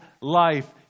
life